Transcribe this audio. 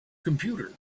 computer